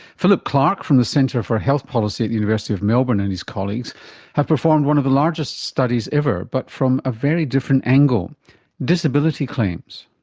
philip clarke from the centre for health policy at the university of melbourne and his colleagues have performed one of the largest studies ever, but from a very different angle disability claims.